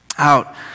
out